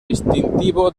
distintivo